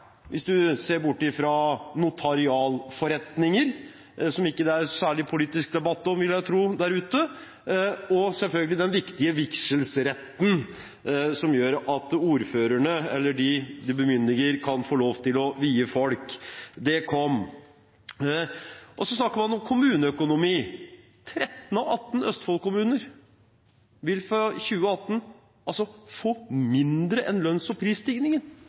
hvis man ser bort ifra notarialforretninger, som det ikke er særlig politisk debatt om der ute, vil jeg tro, og selvfølgelig den viktige vigselsretten, som gjør at ordførerne eller dem de bemyndiger, kan få lov til å vie folk. Det kom. Så snakker man om kommuneøkonomi. 13 av18 Østfold-kommuner vil fra 2018 få mindre enn lønns- og prisstigningen.